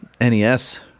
NES